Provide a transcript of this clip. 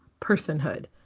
personhood